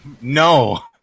No